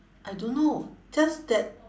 I don't know just that